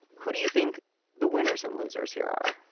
who do you think the winners and losers here are?